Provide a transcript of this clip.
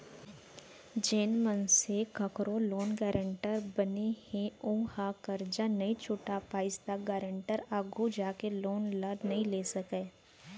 जेन मनसे कखरो लोन गारेंटर बने ह अउ ओहा करजा नइ छूट पाइस त गारेंटर आघु जाके लोन नइ ले सकय